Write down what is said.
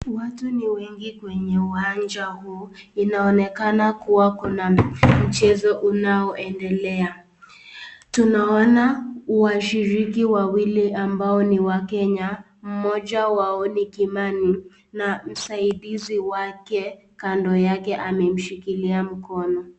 Watu ni wengi kwenye uwanja huu. Inaonekana kua kuna mchezo unaoendelea. Tunaona washiriki wawili ambao ni wakenya, mmoja wao ni Kimani na msaidizi wake kando yake amemshikilia mkono.